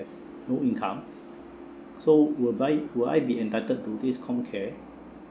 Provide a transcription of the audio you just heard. no income so will bi~ will I be entitled to this com care